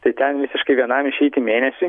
tai ten visiškai vienam išeiti mėnesiui